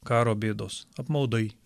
karo bėdos apmaudai